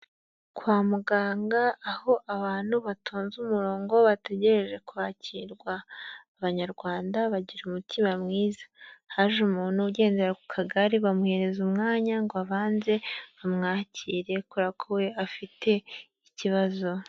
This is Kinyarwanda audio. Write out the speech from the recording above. Kwa muganga, aho abantu batonze umurongo bategereje kwakirwa. Abanyarwanda bagira umutima mwiza. Haje umuntu ugendera ku kagare, bamuhereza umwanya ngo abanze bamwakire kubera ko we afite ikibazo.